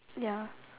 ya